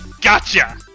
Gotcha